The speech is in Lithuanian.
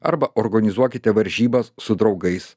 arba organizuokite varžybas su draugais